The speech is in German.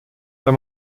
der